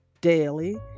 daily